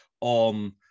on